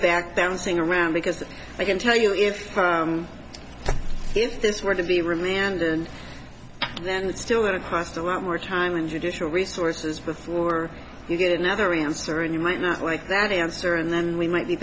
back down thing around because i can tell you if if this were to be remanded and then it's still going to cost a lot more time and judicial resources before you get another answer and you might not like that answer and then we might be